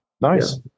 Nice